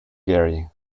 gary